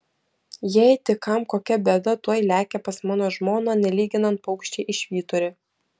jei tik kam kokia bėda tuoj lekia pas mano žmoną nelyginant paukščiai į švyturį